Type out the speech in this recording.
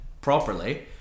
properly